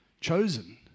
chosen